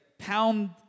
Pound